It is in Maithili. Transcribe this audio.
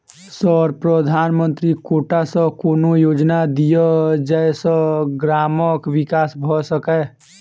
सर प्रधानमंत्री कोटा सऽ कोनो योजना दिय जै सऽ ग्रामक विकास भऽ सकै?